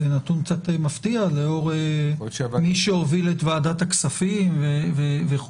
שזה נתון קצת מפתיע לאור מי שהוביל את ועדת הכספים וכולי.